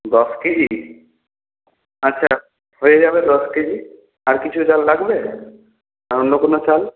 দশ কেজি আচ্ছা হয়ে যাবে দশ কেজি আর কিছু চাল লাগবে আর অন্য কোনো চাল